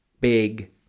big